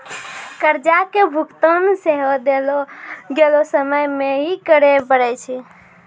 कर्जा के भुगतान सेहो देलो गेलो समय मे ही करे पड़ै छै